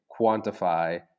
quantify